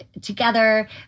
together